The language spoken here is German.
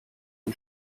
ein